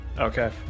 Okay